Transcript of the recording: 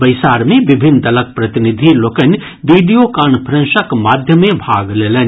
बैसार मे विभिन्न दलक प्रतिनिधि लोकनि वीडियो कांफ्रेंसक माध्यमे भाग लेलनि